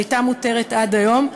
שהייתה מותרת עד היום,